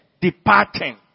departing